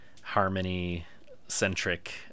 harmony-centric